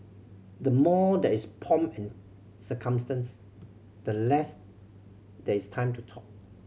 the more there is pomp and circumstance the less there is time to talk